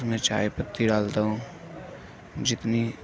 میں چائے پتی ڈالتا ہوں جتنی